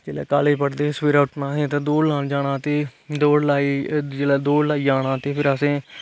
जिसले काॅलेज पढ़दे हे उसलै सवेरे उट्ठना दौड़ लान जाना ते दौड लाइयै जिसले दौड़ लाइयै आना ते फिर अस